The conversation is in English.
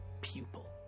pupil